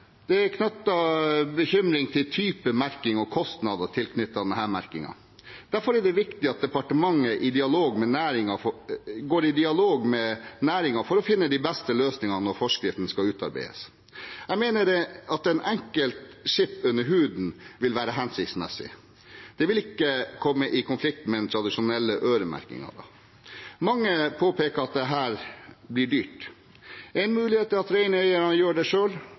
Det er knyttet bekymring til type merke og kostnader tilknyttet denne merkingen. Derfor er det viktig at departementet går i dialog med næringen for å finne de beste løsningene når forskriften skal utarbeides. Jeg mener at en enkel chip under huden vil være hensiktsmessig; det vil ikke komme i konflikt med den tradisjonelle øremerkingen. Mange påpeker at dette blir dyrt. En mulighet er at reineierne gjør dette selv, og at de vil kunne gjøre det